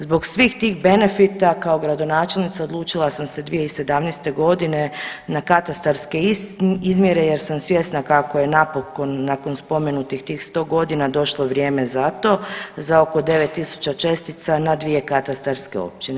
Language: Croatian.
Zbog svih tih benefita kao gradonačelnica odlučila sam se 2017. godine na katastarske izmjere jer sam svjesna kako je napokon nakon spomenutih tih 100 godina došlo vrijeme za to za oko 9.000 čestica na 2 katastarske općine.